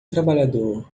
trabalhador